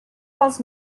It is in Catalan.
pels